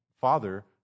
Father